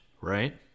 right